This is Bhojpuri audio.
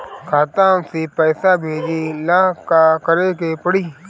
खाता से पैसा भेजे ला का करे के पड़ी?